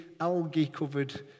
algae-covered